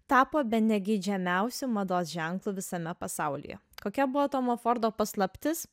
tapo bene geidžiamiausiu mados ženklu visame pasaulyje kokia buvo tomo fordo paslaptis